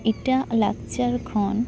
ᱮᱴᱟᱜ ᱞᱟᱠᱪᱟᱨ ᱠᱷᱚᱱ